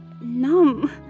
numb